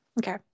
okay